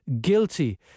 guilty